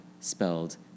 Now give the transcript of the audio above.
spelled